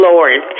Lord